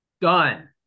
Done